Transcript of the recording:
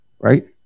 Right